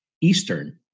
Eastern